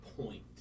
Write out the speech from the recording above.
point